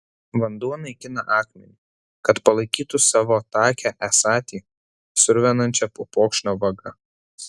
vanduo naikina akmenį kad palaikytų savo takią esatį sruvenančią upokšnio vaga